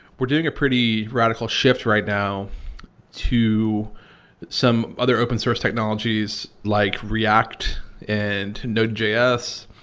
we're doing a pretty radical shift right now to some other open source technologies like, react and node js,